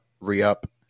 re-up